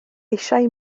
eisiau